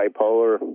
bipolar